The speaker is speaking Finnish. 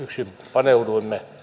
paneuduimme